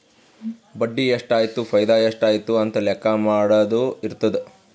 ಬಡ್ಡಿ ಎಷ್ಟ್ ಆಯ್ತು ಫೈದಾ ಎಷ್ಟ್ ಆಯ್ತು ಅಂತ ಲೆಕ್ಕಾ ಮಾಡದು ಇರ್ತುದ್